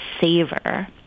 savor